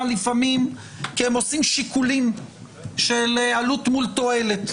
כי הם עושים שיקולים של עלות מול תועלת.